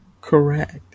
Correct